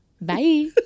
Bye